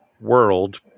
world